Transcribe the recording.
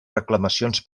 reclamacions